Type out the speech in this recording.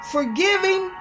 Forgiving